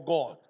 God